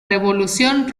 revolución